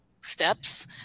steps